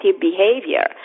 behavior